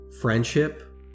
friendship